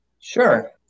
Sure